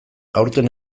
aurten